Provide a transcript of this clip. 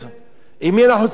עם מי אנחנו צריכים להתמודד?